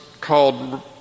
called